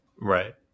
Right